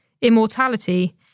Immortality